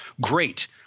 Great